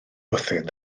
bwthyn